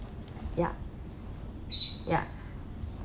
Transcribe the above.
ya ya